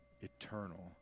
eternal